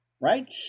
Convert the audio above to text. Right